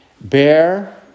bear